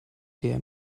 der